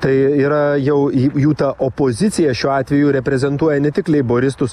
tai yra jau į jų ta opozicija šiuo atveju reprezentuoja ne tik leiboristus